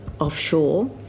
offshore